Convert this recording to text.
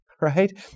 right